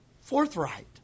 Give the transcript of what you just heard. forthright